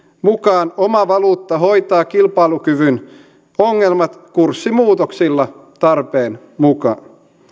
mukaan oma valuutta hoitaa kilpailukyvyn ongelmat kurssimuutoksilla tarpeen mukaan